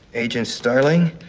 agent starling,